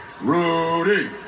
Rudy